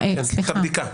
הבדיקה.